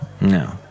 no